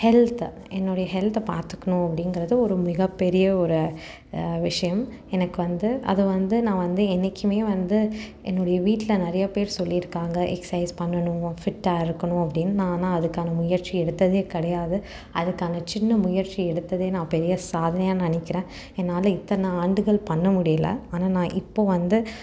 health என்னுடைய ஹெல்த்தை பார்த்துக்கணும் அப்படிங்குறது ஒரு மிக பெரிய ஒரு விஷயம் எனக்கு வந்து அதை வந்து நான் வந்து என்னைக்குமே வந்து என்னுடைய வீட்டில நிறையா பேர் சொல்லியிருக்காங்க எக்ஸெர்சைஸ் பண்ணணும் பிட்டாக இருக்கணும் அப்படின்னு நான் ஆனால் அதுக்கான முயற்சி எடுத்ததே கிடையாது அதுக்கான சின்ன முயற்சி எடுத்ததே நான் பெரிய சாதனையாக நினைக்கிறேன் என்னால் இத்தனை ஆண்டுகள் பண்ண முடியல ஆனால் நான் இப்போ வந்து